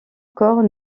corps